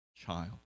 child